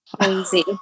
Crazy